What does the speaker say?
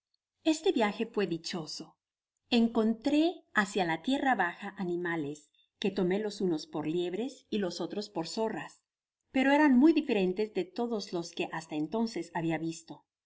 este viaje fué dichoso encontré hácia la tierra baja animales que tomé los unos por liebres y los otros por zorras pero eran muy diferentes de lodos los que hasta entonces habia visto